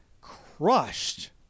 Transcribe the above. crushed